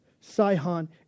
Sihon